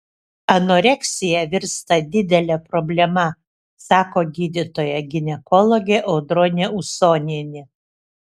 anoreksija virsta didele problema sako gydytoja ginekologė audronė usonienė